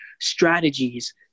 Strategies